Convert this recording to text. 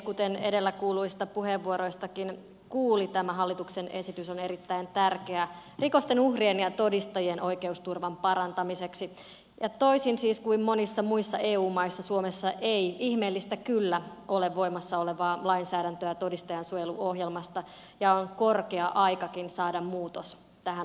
kuten edellä kuulluista puheenvuoroistakin kuuli tämä hallituksen esitys on erittäin tärkeä rikosten uhrien ja todistajien oikeusturvan parantamiseksi ja siis toisin kuin monissa muissa eu maissa suomessa ei ihmeellistä kyllä ole voimassa olevaa lainsäädäntöä todistajansuojeluohjelmasta ja on korkea aikakin saada muutos tähän asiaan